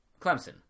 Clemson